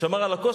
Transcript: שמר על הכושר,